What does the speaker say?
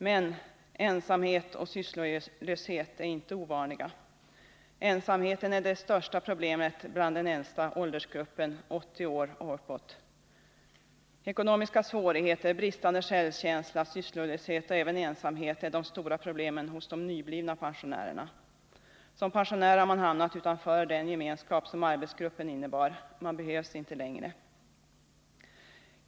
Men ensamhet och sysslolöshet är inte ovanliga. Ensamheten är det största problemet bland äldsta åldersgruppen, 80 år och uppåt. Ekonomiska svårigheter, bristande självkänsla, sysslolöshet och ensamhet är de stora problemen hos de nyblivna pensionärerna. Som pensionär har man hamnat utanför den gemenskap som arbetsgruppen innebar. Man behövs ej längre.